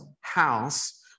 house